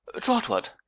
Trotwood